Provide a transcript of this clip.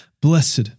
Blessed